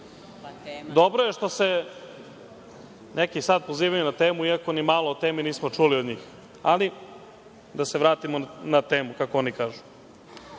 Tema.)Dobro je što se neki sad pozivaju na temu, iako ni malo o temi nismo čuli od njih. Ali, da se vratimo na temu, kako oni